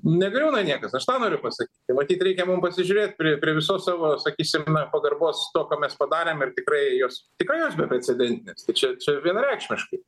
negriūna niekas aš tą noriu pasa matyt reikia mum pasižiūrėt prie prie visos savo sakysim na pagarbos to ką mes padarėm ir tikrai jos tikrai jos beprecedentinės tai čia čia vienareikšmiškai